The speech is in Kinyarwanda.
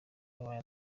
abaye